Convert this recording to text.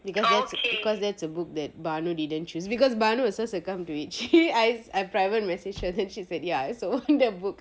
because because that's a book that barlow didn't choose because barlow also succumbed to it she I private message her then she said ya I also want that book